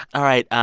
all right,